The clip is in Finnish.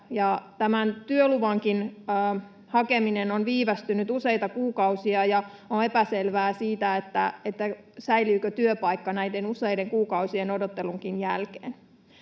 tämän työluvankin hakeminen on viivästynyt useita kuukausia, ja on epäselvää, säilyykö työpaikka näiden useiden kuukausien odottelunkin jälkeen.